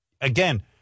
again